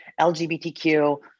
LGBTQ